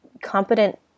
competent